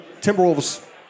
Timberwolves